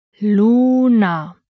Luna